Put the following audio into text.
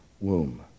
womb